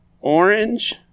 orange